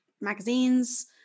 magazines